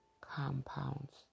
compounds